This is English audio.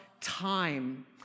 time